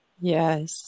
Yes